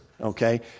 okay